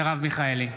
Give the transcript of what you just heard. מרב מיכאלי,